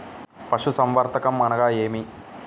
పశుసంవర్ధకం అనగా ఏమి?